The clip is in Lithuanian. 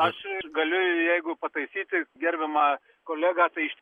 aš galiu jeigu pataisyti gerbiamą kolegą tai